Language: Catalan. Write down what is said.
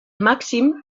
màxim